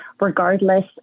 regardless